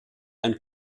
ein